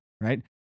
Right